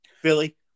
Philly